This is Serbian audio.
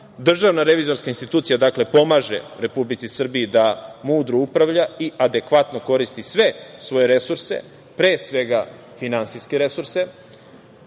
revizorska institucija pomaže Republici Srbiji da mudro upravlja i adekvatno koristi sve svoje resurse, pre svega finansijske resurse. Državna